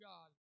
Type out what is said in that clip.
God